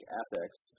ethics